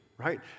right